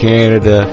Canada